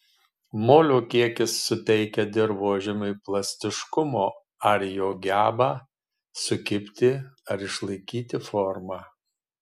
molio kiekis suteikia dirvožemiui plastiškumo ar jo gebą sukibti ar išlaikyti formą